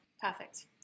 Perfect